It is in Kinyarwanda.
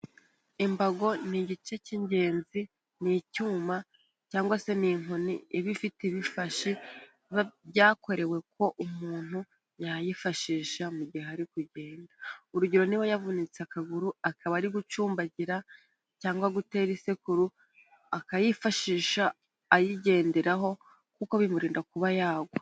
Imbago ni igice cy'ingenzi, ni icyuma, cyangwa se ni inkoni iba ifite ibifashe byakorewe ko umuntu yayifashisha mu gihe ari kugenda, urugero niba yavunitse akaguru akaba ari gucumbagira, cyangwa gutera isekuru, akayifashisha, ayigenderaho, kuko bimurinda kuba yagwa.